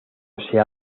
sea